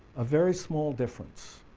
a very small difference.